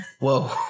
Whoa